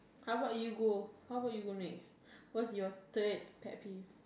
how about you go how about you go next what's your third pet peeve